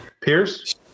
Pierce